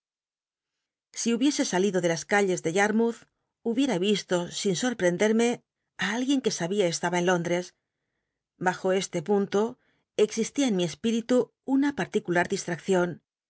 si hubiese salido á las calles de yatmouth hubicta isto sin sotprendermc á alguien que sabia estaba en lóndres bajo este punto existía en mi cspil'itu una particulat distraccion